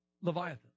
Leviathan